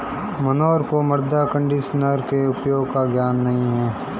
मनोहर को मृदा कंडीशनर के उपयोग का ज्ञान नहीं है